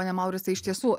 pone mauricai iš tiesų